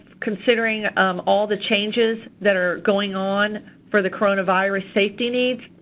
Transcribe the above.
considering um all the changes that are going on for the coronavirus safety needs.